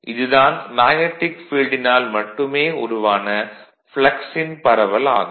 இது தான் மேக்னடிக் ஃபீல்டினால் மட்டுமே உருவான ப்ளக்ஸின் பரவல் ஆகும்